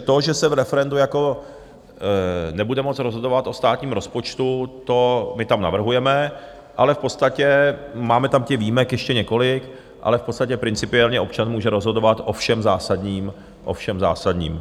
To, že se v referendu nebude moct rozhodovat o státním rozpočtu, to my tam navrhujeme, ale v podstatě máme tam těch výjimek ještě několik, ale v podstatě principiálně občan může rozhodovat o všem zásadním, o všem zásadním.